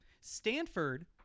stanford